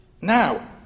Now